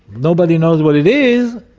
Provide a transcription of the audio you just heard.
nobody knows what it is.